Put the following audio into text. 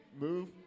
move